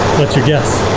what's your guess?